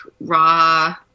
raw